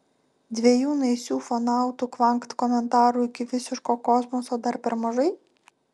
dviejų naisių ufonautų kvankt komentarų iki visiško kosmoso dar per mažai